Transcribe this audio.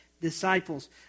disciples